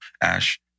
Ash